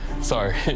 Sorry